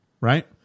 right